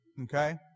Okay